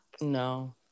No